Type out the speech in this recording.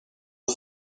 aux